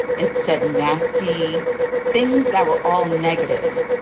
it said nasty things that were all negative.